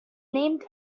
named